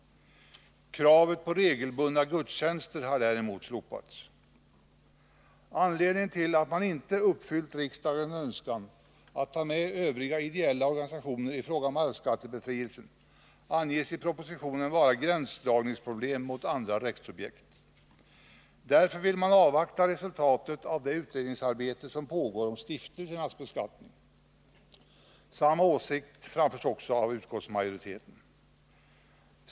Kravet på regelbundet anordnade gudstjänster har däremot slopats. Anledningen till att man inte har uppfyllt riksdagens önskan att ta med övriga ideella organisationer i fråga om arvsskattebefrielsen anges i propositionen vara problem med gränsdragning mot andra rättssubjekt. Därför vill man avvakta resultatet av det utredningsarbete som pågår om stiftelsernas beskattning. Samma åsikt framförs också av utskottsmajoriteten.